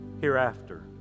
hereafter